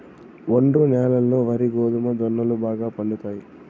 ఒండ్రు న్యాలల్లో వరి, గోధుమ, జొన్నలు బాగా పండుతాయి